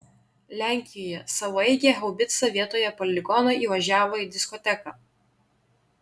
lenkijoje savaeigė haubica vietoje poligono įvažiavo į diskoteką